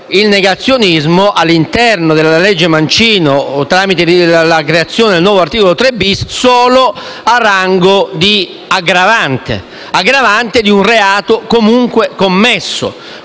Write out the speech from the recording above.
il negazionismo - all'interno della legge Mancino - tramite la creazione del nuovo articolo 3-*bis* - al solo rango di aggravante di un reato comunque commesso.